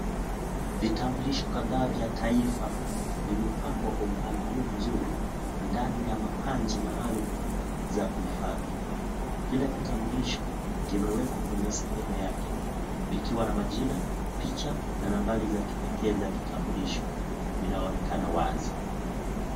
Vitambulisho kadhaa vya taifa vimepangwa kwa mpangilio mzuri ndani ya mapanchi maalumu za kuhifadhi. Kila kitambulisho kimewekwa kwenye sehemu yake vikiwa na majina, picha na nambari za kipekee za kitambulisho vinaonekana wazi.